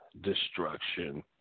destruction